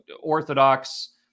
orthodox